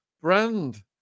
brand